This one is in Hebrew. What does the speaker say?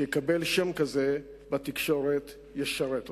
שיקבל שם כזה בתקשורת, ישרת אותם.